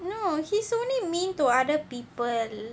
no he's only mean to other people